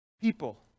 people